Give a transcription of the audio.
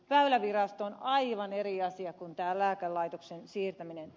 väylävirasto on aivan eri asia kuin tämä lääkelaitoksen siirtäminen